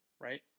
Right